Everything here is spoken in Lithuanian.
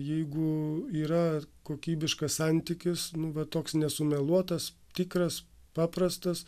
jeigu yra kokybiškas santykis nu va toks nesumeluotas tikras paprastas